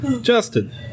Justin